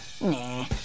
Nah